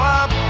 up